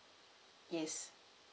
yes